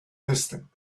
distant